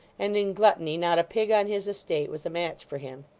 and in gluttony not a pig on his estate was a match for him.